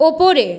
উপরে